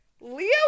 Leo